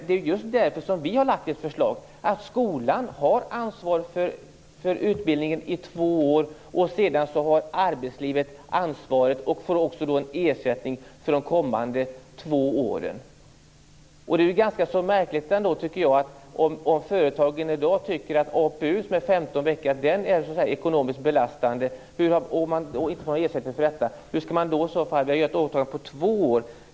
Det är just därför som vi har lagt fram ett förslag om att skolan skall ha ansvaret för utbildningen i två år. Sedan har arbetslivet ansvaret, och får en ersättning, för de kommande två åren. Om företagen i dag tycker att APU, som omfattar 15 veckor, är ekonomiskt belastande och de inte får någon ersättning för den, hur skall man då kunna göra ett åtagande på två år?